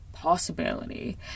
possibility